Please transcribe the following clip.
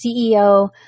CEO